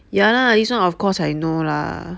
ya lah this one of course I know lah